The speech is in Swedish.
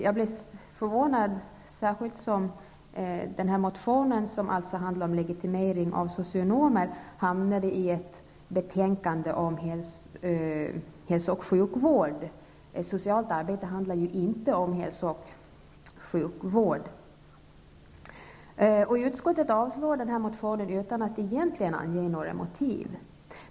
Jag blev förvånad när motionen, som handlar om legitimering av socionomer, hamnade i ett betänkande om hälso och sjukvård. Socialt arbete handlar ju inte om hälso och sjukvård. Utskottet avstyrker motionen utan att egentligen ange några motiv.